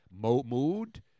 mood